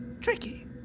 Tricky